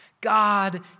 God